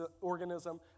organism